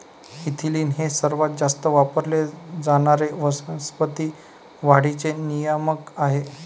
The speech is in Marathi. इथिलीन हे सर्वात जास्त वापरले जाणारे वनस्पती वाढीचे नियामक आहे